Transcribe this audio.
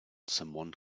someone